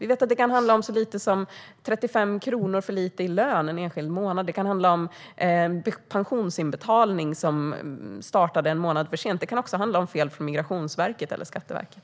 Vi vet att det kan handla om så lite som 35 kronor för lite i lön en enskild månad. Det kan handla om pensionsinbetalningar som startade en månad för sent. Det kan också handla om fel från Migrationsverket eller Skatteverket.